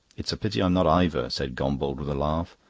it's a pity i'm not ivor, said gombauld, with a laugh.